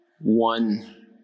one